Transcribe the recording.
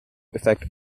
effect